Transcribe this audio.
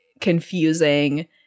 confusing